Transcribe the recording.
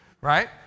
right